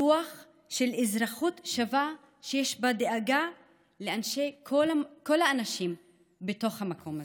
רוח של אזרחות שווה שיש בה דאגה לכל האנשים בתוך המקום הזה,